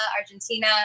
Argentina